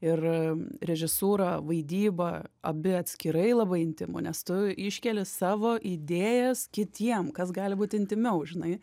ir režisūra vaidyba abi atskirai labai intymu nes tu iškeli savo idėjas kitiem kas gali būti intymiau žinai